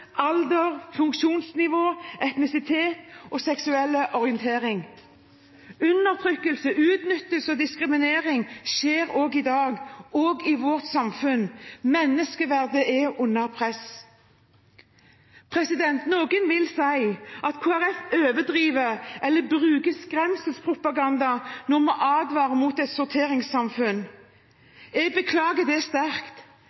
alder, funksjonsnivå, etnisitet og seksuell orientering. Undertrykkelse, utnyttelse og diskriminering skjer også i dag, også i vårt samfunn. Menneskeverdet er under press. Noen vil si at Kristelig Folkeparti overdriver eller bruker skremselspropaganda når vi advarer mot et